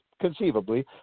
conceivably